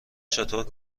چطور